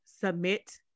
submit